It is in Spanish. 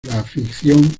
afición